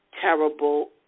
Terrible